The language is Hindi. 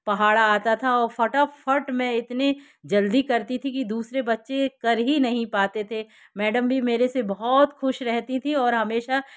पहाड़ा आता था और फटाफट मैं इतनी जल्दी करती थी कि दूसरे बच्चे कर ही नहीं पाते थे मैडम भी मेरे से बहुत खुश रहती थी और हमेशा